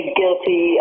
guilty